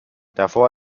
davor